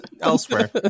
elsewhere